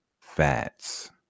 fats